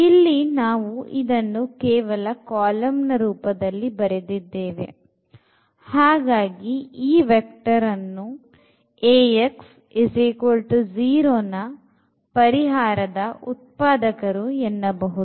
ಇಲ್ಲಿ ನಾವು ಇದನ್ನು ಕೇವಲ ಕಾಲಂ ರೂಪದಲ್ಲಿ ಬರೆದಿದ್ದೇವೆ ಹಾಗಾಗಿ ಈ vectorನ್ನು Ax 0 ನ ಪರಿಹಾರದ ಉತ್ಪಾದಕರು ಎನ್ನಬಹುದು